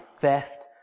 theft